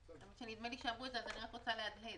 כבר אמרו את זה, אני רק רוצה להדהד